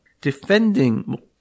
defending